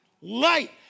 Light